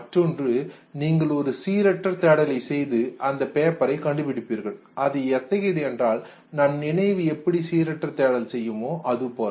மற்றொன்று நீங்கள் ஒரு சீரற்ற தேடலை செய்து அந்த பேப்பரை கண்டுபிடிப்பீர்கள் அது எத்தகையது என்றால் நம் நினைவு எப்படி சீரற்ற தேடல் செய்யுமோ அதுபோல